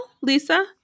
Lisa